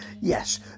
yes